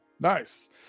Nice